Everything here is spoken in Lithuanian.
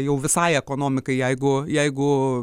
jau visai ekonomikai jeigu jeigu